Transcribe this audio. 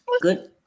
Good